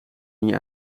niet